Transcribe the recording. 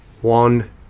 one